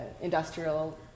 industrial